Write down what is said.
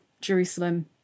Jerusalem